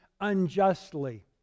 unjustly